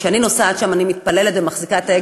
וכשאני נוסעת שם אני מתפללת ומחזיקה את ההגה